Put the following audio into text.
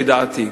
לדעתי.